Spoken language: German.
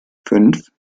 fünf